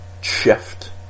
shift